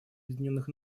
объединенных